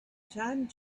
time